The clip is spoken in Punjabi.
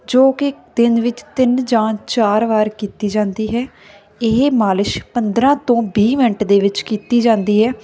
ਜੋ ਕਿ ਦਿਨ ਵਿੱਚ ਤਿੰਨ ਜਾਂ ਚਾਰ ਵਾਰ ਕੀਤੀ ਜਾਂਦੀ ਹੈ ਇਹ ਮਾਲਿਸ਼ ਪੰਦਰਾਂ ਤੋਂ ਵੀਹ ਮਿੰਟ ਦੇ ਵਿੱਚ ਕੀਤੀ ਜਾਂਦੀ ਹੈ